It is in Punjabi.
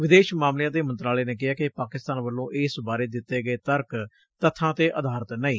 ਵਿਦੇਸ਼ ਮਾਮਲਿਆਂ ਦੇ ਮੰਤਰਾਲੇ ਨੇ ਕਿਹੈ ਕਿ ਪਾਕਿਸਤਾਨ ਵਲੋ ਇਸ ਬਾਰੇ ਦਿੱਤੇ ਗਏ ਤਰਕ ਤੱਬਾ ਤੇ ਆਧਾਰਿਤ ਨਹੀ